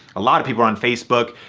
a lot of people are on facebook.